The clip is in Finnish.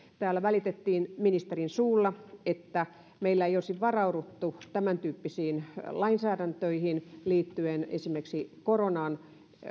täällä väitettiin ministerin suulla että meillä ei olisi varauduttu tämäntyyppisiin lainsäädäntöihin liittyen esimerkiksi koronan